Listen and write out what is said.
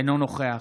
אינו נוכח